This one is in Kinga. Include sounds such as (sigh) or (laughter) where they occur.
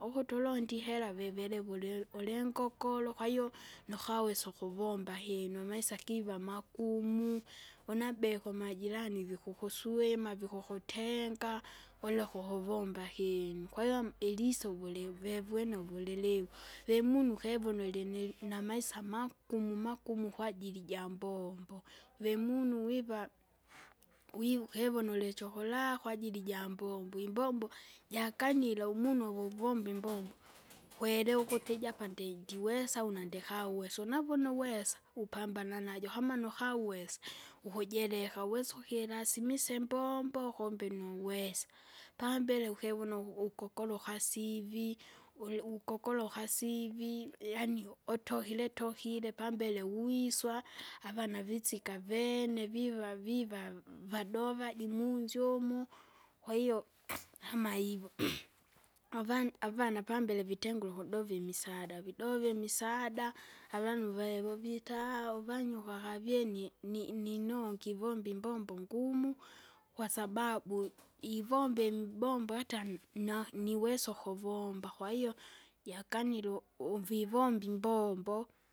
ukuti ulonde ihera viviri vuli ulingokolo, kwahiyo, nukawesa ukuvomba hinu amaisa kiva magumu, unabike umajirani vikukuswima, vikukutenga, uleke ukuvomba kinu. Kwhiyo am- ilisa uvili vevyene uvuliliwa, vemunu ukevuno ulini namaisa magumu magumu kwajili jambombo. Veunu wiva, wiva ukivona ulichoraa kwajili jambombo, imbombo jakanyire. umunwa vuviomba imbombo (noise) kwelewa ukuti (noise) iji apa ndi- ndiwesa au ndikawesa. Unavuna wesa upambana najo, kama nukawese, ukujireka, wesa ukilasimise imbombo, kumbe nuwesa, pambele ukivuno ukukoloka sivi, uli- ukokoloka sivi, yaani utokire tokire pambele uwiswa, avana visika avene viva viva vadova dimunzi umo. Kwahiyo (noise) kama ivo (noise) avani- avana pambele vitengure ukudova imisada, vidove imisada, avanu vae vovita uvanyuka kavyenye ni- ni- ninongi ivomba imbombo ngumu. kwasababu ivomba imbombo yata na- niwesa ukuvomba, kwahiyo, jakanile unvivomba imbombo.